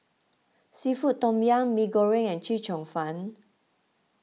Seafood Tom Yum Mee Goreng and Chee Cheong Fun